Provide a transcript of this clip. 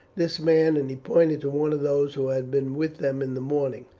this man, and he pointed to one of those who had been with them in the morning,